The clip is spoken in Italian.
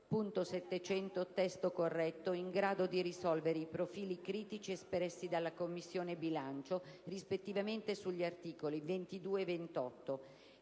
e 28.700 (testo corretto) in grado di risolvere i profili critici espressi dalla Commissione bilancio rispettivamente sugli articoli 22 e 28.